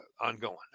ongoing